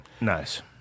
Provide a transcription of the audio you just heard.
Nice